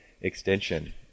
extension